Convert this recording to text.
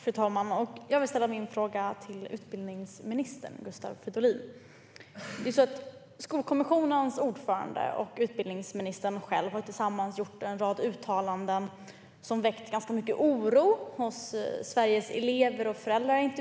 Fru talman! Jag vill ställa min fråga till utbildningsminister Gustav Fridolin. Skolkommissionens ordförande och utbildningsministern själv har tillsammans gjort en rad uttalanden som väckt ganska mycket oro hos Sveriges elever och föräldrar